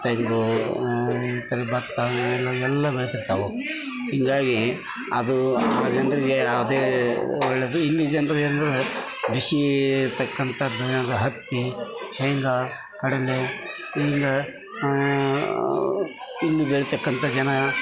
ತೆಂಗು ಈ ಥರ ಬತ್ತ ಇವೆಲ್ಲ ಬೆಳಿತಿರ್ತಾವೆ ಹೀಗಾಗಿ ಅದು ಆ ಜನರಿಗೆ ಅದೇ ಒಳ್ಳೆಯದು ಇಲ್ಲಿ ಜನರು ಏನಂದರೆ ಬಿಸಿ ಇರ್ತಕ್ಕಂಥ ಹತ್ತಿ ಶೇಂಗಾ ಕಡಲೆ ಹೀಗೆ ಇಲ್ಲಿ ಬೆಳಿತಕ್ಕಂಥ ಜನ